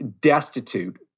destitute